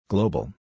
Global